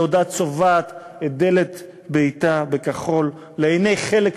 בעודה צובעת את דלת ביתה בכחול לעיני חלק מילדיה,